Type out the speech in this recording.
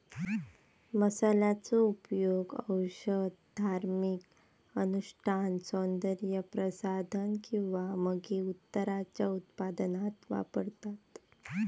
मसाल्यांचो उपयोग औषध, धार्मिक अनुष्ठान, सौन्दर्य प्रसाधन किंवा मगे उत्तराच्या उत्पादनात वापरतत